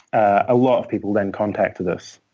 a lot of people then contacted us.